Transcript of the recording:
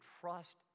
trust